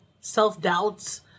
self-doubts